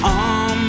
on